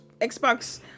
Xbox